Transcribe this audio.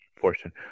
portion